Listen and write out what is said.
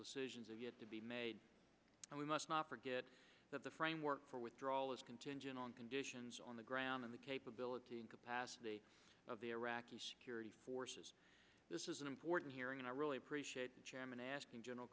decisions are yet to be made and we must not forget that the framework for withdrawal is contingent on conditions on the ground and the capability and capacity of the iraqi security forces this is an important hearing and i really appreciate chairman